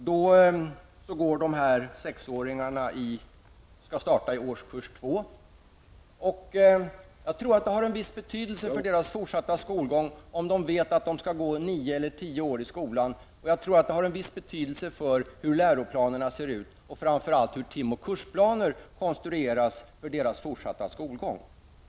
Då skall årets sexåringar starta i årskurs 2. Jag tror att det har en viss betydelse för deras fortsatta skolgång, om de vet att de skall gå nio eller tio år i skolan. Jag tror också att det har en viss betydelse för hur läroplanerna ser ut och framför allt hur tim och kursplaner konstrueras för deras fortsatta skolgång.